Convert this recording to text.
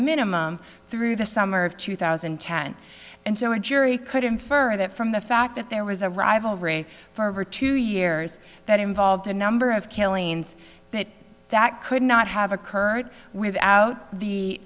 minimum through the summer of two thousand and ten and so a jury could infer that from the fact that there was a rivalry for over two years that involved a number of killings that that could not have occurred without the